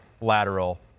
lateral